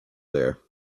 there